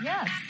Yes